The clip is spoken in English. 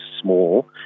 small